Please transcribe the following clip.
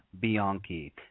Bianchi